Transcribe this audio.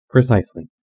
Precisely